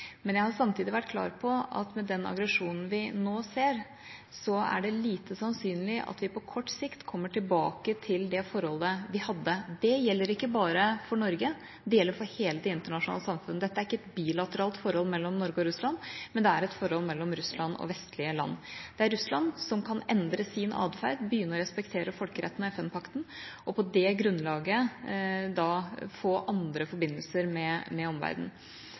Men jeg har samtidig vært klar på at med den aggresjonen vi nå ser, er det lite sannsynlig at vi på kort sikt kommer tilbake til det forholdet vi hadde. Det gjelder ikke bare for Norge, det gjelder for hele det internasjonale samfunnet. Dette er ikke et bilateralt forhold mellom Norge og Russland, det er et forhold mellom Russland og vestlige land. Det er Russland som kan endre sin adferd, begynne å respektere folkeretten og FN-pakten, og på det grunnlaget få andre forbindelser med